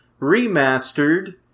Remastered